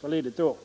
förlidet år.